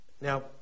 Now